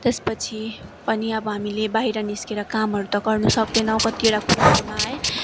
त्यसपछि पनि अब हामीले बाहिर निस्केर कामहरू त गर्नु सक्दैनौँ कतिवटा कुराहरूमा है